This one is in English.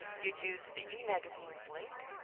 you'd use the emagazines link.